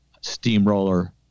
steamroller